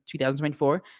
2024